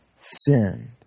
sinned